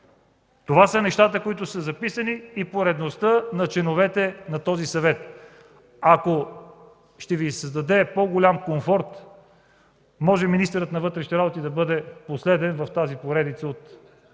Това са нещата, които са записани, и поредността на членовете на този Съвет. Ако ще Ви създаде по-голям комфорт, може министърът на вътрешните работи да бъде последен в тази поредица